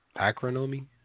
acronomy